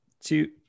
two